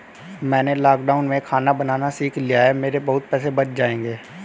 मैंने लॉकडाउन में खाना बनाना सीख लिया है, मेरे बहुत पैसे बच जाएंगे